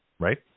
Right